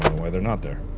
why they're not there.